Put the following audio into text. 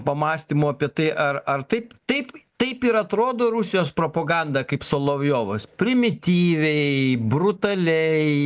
pamąstymų apie tai ar ar taip taip taip ir atrodo rusijos propaganda solovjovas primityviai brutaliai